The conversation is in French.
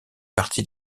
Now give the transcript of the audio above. parti